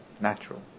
natural